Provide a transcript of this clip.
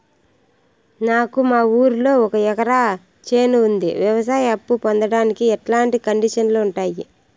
నాకు మా ఊరిలో ఒక ఎకరా చేను ఉంది, వ్యవసాయ అప్ఫు పొందడానికి ఎట్లాంటి కండిషన్లు ఉంటాయి?